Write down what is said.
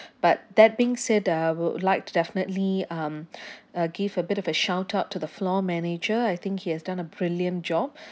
but that being said I would like to definitely um uh give a bit of a shout out to the floor manager I think he has done a brilliant job